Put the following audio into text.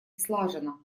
слаженно